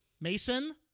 Mason